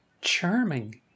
charming